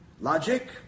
Logic